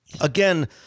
again